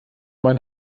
mein